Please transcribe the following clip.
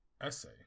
essay